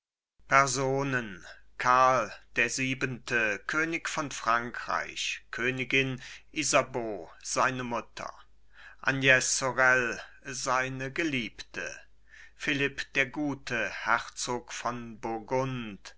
personen karl der siebente könig von frankreich königin isabeau seine mutter agnes sorel seine geliebte philipp der gute herzog von